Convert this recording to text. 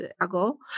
ago